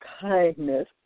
kindness